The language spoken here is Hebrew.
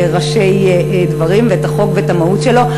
ראשי דברים ואת החוק ואת המהות שלו.